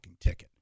ticket